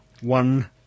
one